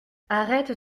arrête